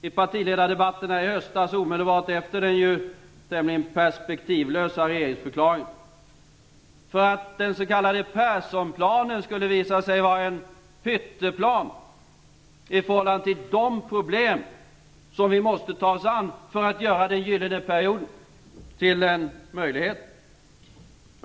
I partiledardebatterna i höstas, omedelbart efter den tämligen perspektivlösa regeringsförklaringen, varnade jag för att den s.k. Perssonplanen skulle visa sig vara en pytteplan i förhållande till de problem som vi måste ta oss an för att göra den gyllene perioden till en reell möjlighet.